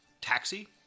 taxi